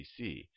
BC